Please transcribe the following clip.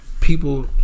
people